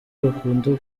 bakunda